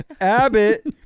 Abbott